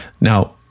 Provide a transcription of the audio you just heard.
Now